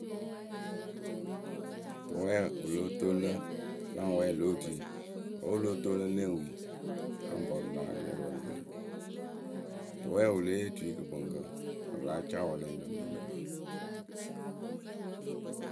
Tʊwɛɛwǝ wɨ lóo toŋ lǝ la ŋ wɛɛ loh otuyǝ wǝ́ wɨ lóo toŋ lǝ le ŋ wii. La ŋ pɔrʊ lah ariɛyǝ rɨ wɛlɛŋrǝ tʊwɛɛwǝ wɨ lée yee otuyǝ kɨkpɨŋkǝ wɨ láa ca wɛɛlɛŋrǝ ŋpaŋpa.